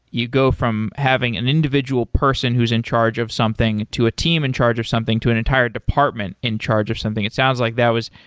you go from having an individual person who's in charge of something to a team in charge of something, to an entire department in charge of something. it sounds like that was,